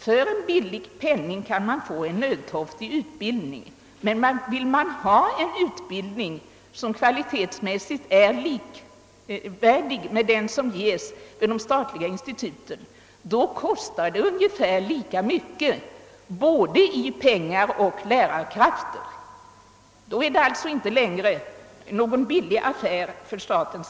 För en billig penning kan man få en nödtorftig utbildning, men vill man ha en utbildning som kvalitetsmässigt är likvärdig med den som ges vid de statliga instituten kostar det ungefär lika mycket både i pengar och lärarkrafter, och då är det alltså inte längre fråga om någon billig affär för staten.